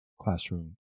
classroom